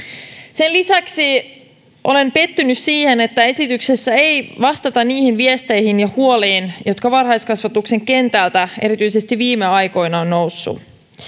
sen lisäksi olen pettynyt siihen että esityksessä ei vastata niihin viesteihin ja huoliin jotka varhaiskasvatuksen kentältä erityisesti viime aikoina ovat nousseet